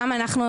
גם אנחנו,